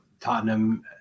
tottenham